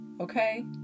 okay